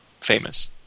famous